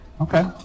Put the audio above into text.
okay